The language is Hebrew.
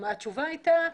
התשובה הייתה,